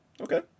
Okay